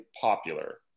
popular